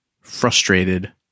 frustrated